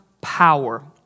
power